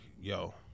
yo